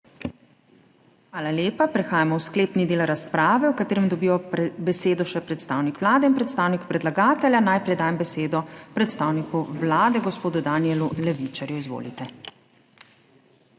Hvala lepa. Prehajamo v sklepni del razprave, v katerem dobita besedo še predstavnik Vlade in predstavnik predlagatelja. Najprej dajem besedo predstavniku Vlade gospodu Danijelu Levičarju. Izvolite.